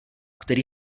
který